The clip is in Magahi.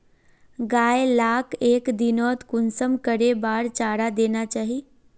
गाय लाक एक दिनोत कुंसम करे बार चारा देना चही?